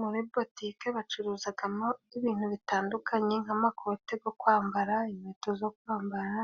Muri butike bacuruzagamo ibintu bitandukanye nk'amakote go kwambara, inkweto zo kwambara,